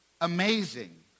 amazing